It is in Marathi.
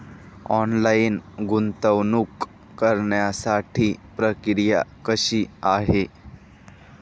ऑनलाईन गुंतवणूक करण्यासाठी प्रक्रिया कशी आहे?